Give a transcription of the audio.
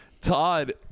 Todd